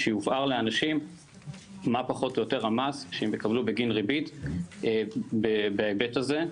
שיובהר לאנשים מה פחות או יותר המס שהם יקבלו בגין ריבית בהיבט הזה.